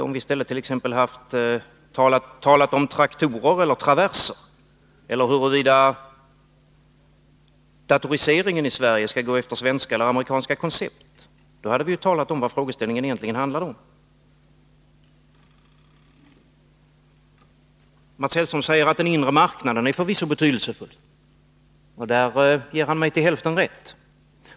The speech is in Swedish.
Om vi i stället hade talat om traktorer eller traverser eller huruvida datoriseringen i Sverige skall gå efter svenska eller amerikanska koncept, hade vi talat om vad frågeställningen egentligen handlar om. Mats Hellström säger att den inre marknaden förvisso är betydelsefull. Där ger han mig till hälften rätt.